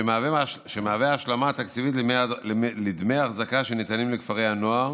שמהווה השלמה תקציבית לדמי אחזקה שניתנים לכפרי הנוער,